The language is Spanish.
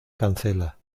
cancela